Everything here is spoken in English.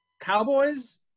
Cowboys